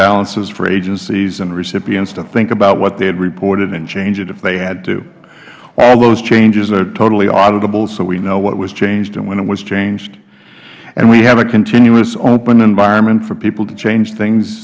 balances for agencies and recipients to think about what they've reported and change it if they had to all those changes are totally auditable so we know what was changed and when it was changed and we have a continuous open environment for people to change things